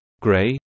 Gray